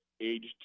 aged